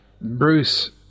Bruce